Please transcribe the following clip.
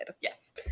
yes